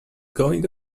going